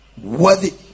worthy